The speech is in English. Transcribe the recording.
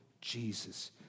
Jesus